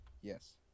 Yes